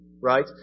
Right